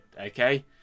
okay